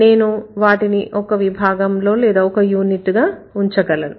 నేను వాటిని ఒక విభాగం లో లేదా ఒక యూనిట్గా ఉంచగలను